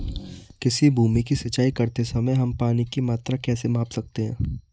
किसी भूमि की सिंचाई करते समय हम पानी की मात्रा कैसे माप सकते हैं?